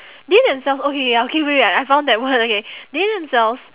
they themselves okay ya okay wait I I found that word okay they themselves